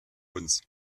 uns